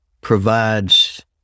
provides